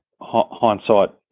hindsight